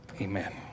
Amen